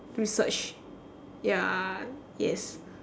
research ya yes